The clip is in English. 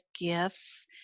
gifts